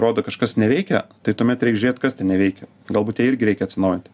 rodo kažkas neveikia tai tuomet reik žiūrėt kas ten neveikia galbūt ją irgi reikia atsinaujint